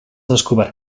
descobert